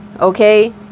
Okay